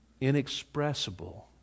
Inexpressible